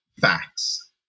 facts